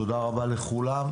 תודה רבה לכולם.